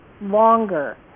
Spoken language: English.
longer